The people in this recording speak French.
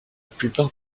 plupart